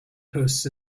posts